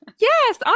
Yes